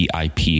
VIP